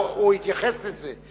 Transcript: הוא התייחס לזה.